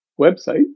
website